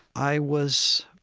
i was,